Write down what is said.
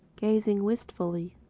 gazing wistfully,